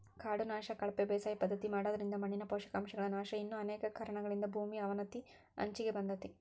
ಕಾಡು ನಾಶ, ಕಳಪೆ ಬೇಸಾಯ ಪದ್ಧತಿ ಮಾಡೋದ್ರಿಂದ ಮಣ್ಣಿನ ಪೋಷಕಾಂಶಗಳ ನಾಶ ಇನ್ನು ಅನೇಕ ಕಾರಣಗಳಿಂದ ಭೂಮಿ ಅವನತಿಯ ಅಂಚಿಗೆ ಬಂದೇತಿ